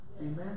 Amen